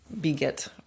beget